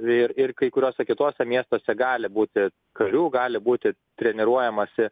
ir ir kai kuriuose kituose miestuose gali būti karių gali būti treniruojamasi